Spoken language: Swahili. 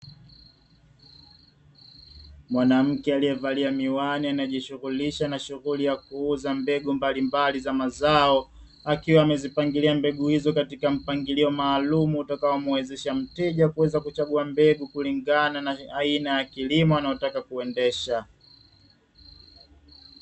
Mwanamke aliyevalia miwani najishughulisha na shughuli ya kuuza mbegu mbalimbali za mazao akiwa amezipangilia mbegu hizo katika mpangilio maalumu, utakayomuwezesha mteja kuweza kuchagua mbegu kulingana na aina ya kilimo wanaotaka kuendesha.